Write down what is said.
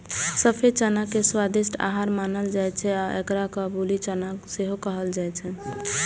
सफेद चना के स्वादिष्ट आहार मानल जाइ छै आ एकरा काबुली चना सेहो कहल जाइ छै